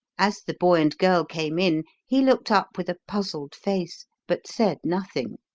as the boy and girl came in, he looked up with a puzzled face but said nothing,